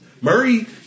Murray